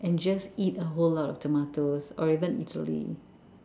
and just eat a whole lot of tomatoes or even Italy